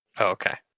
Okay